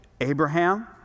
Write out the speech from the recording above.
Abraham